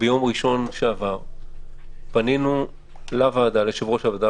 ביום ראשון שעבר פנינו ליושב-ראש הוועדה,